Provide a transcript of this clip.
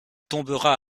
tombera